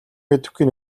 мэдэхгүй